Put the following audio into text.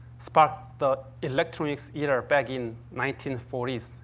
sparked the electronics era back in nineteen forty s,